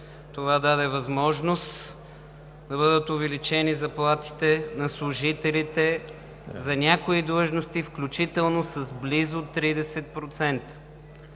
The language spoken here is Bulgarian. Това даде възможност да бъдат увеличени заплатите на служителите за някои длъжности, включително с близо 30%.